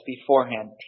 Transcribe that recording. beforehand